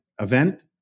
event